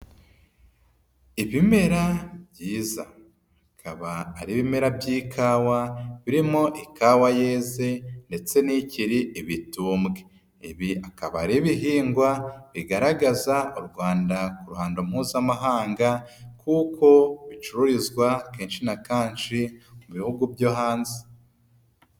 Ibimera byiza bikaba ari ibimera by'ikawa birimo ikawa yeze ndetse n'ikiri ibitumbwe, ibi akaba ari ibihingwa bigaragaza u Rwanda ku ruhando mpuzamahanga kuko bicururizwa kenshi na kenshi mu bihugu byo hanze.